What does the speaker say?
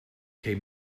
care